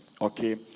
okay